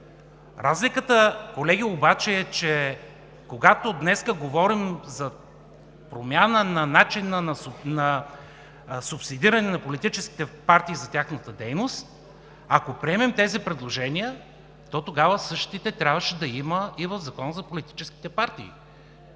Разликата, колеги, е, че когато днес говорим за промяна на начина на субсидиране на политическите партии за тяхната дейност, ако приемем тези предложения, тогава същите трябва да ги има и в Закона за политическите партии,